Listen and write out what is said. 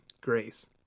grace